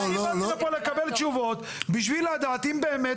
באתי לפה לקבל תשובות בשביל לדעת אם באמת